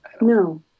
No